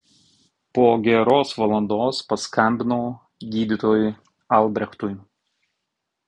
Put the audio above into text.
po geros valandos paskambinau gydytojui albrechtui